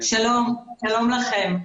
שלום לכם.